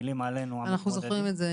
מפילים עלינו --- אנחנו זוכרים את זה,